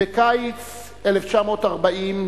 בקיץ 1940,